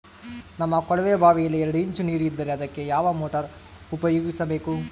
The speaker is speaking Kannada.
ನಮ್ಮ ಕೊಳವೆಬಾವಿಯಲ್ಲಿ ಎರಡು ಇಂಚು ನೇರು ಇದ್ದರೆ ಅದಕ್ಕೆ ಯಾವ ಮೋಟಾರ್ ಉಪಯೋಗಿಸಬೇಕು?